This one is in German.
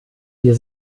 wir